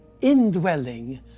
indwelling